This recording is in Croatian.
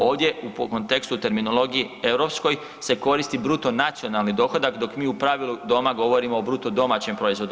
Ovdje po kontekstu terminologije europskoj se koristi bruto nacionalni dohodak, dok mi u pravilu doma govorimo o bruto domaćem proizvodu.